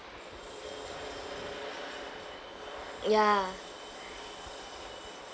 ya